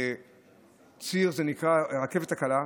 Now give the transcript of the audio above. ציר שנקרא הרכבת הקלה,